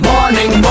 Morning